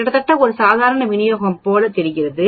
கிட்டத்தட்ட ஒரு சாதாரண விநியோகம் போல் தெரிகிறது